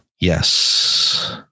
Yes